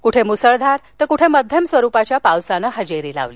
कुठे मुसळधार तर कुठे मध्यम स्वरूपाच्या पावसानं इजेरी लावली